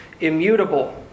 immutable